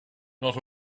not